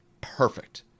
perfect